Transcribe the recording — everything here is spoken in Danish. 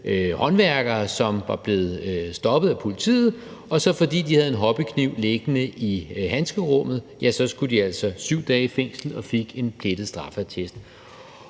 håndværkere, som var blevet stoppet af politiet, og fordi de havde en hobbykniv liggende i handskerummet, skulle de altså 7 dage i fængsel og fik en plettet straffeattest.